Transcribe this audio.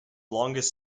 longest